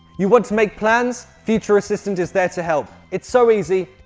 you want to make plans? future assistant is there to help it's so easy,